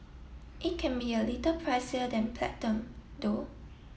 it can be a little pricier than Platinum though